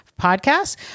podcast